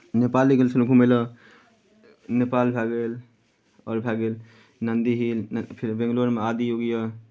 नेपाले गेल छेलौँ घूमै लए नेपाल भए गेल आओर भए गेल नन्दी हिल न् फेर बेंगलौरमे आदियोगी यए